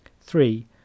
Three